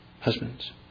husbands